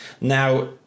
Now